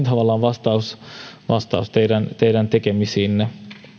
tavallaan vastaus vastaus teidän teidän tekemisiinne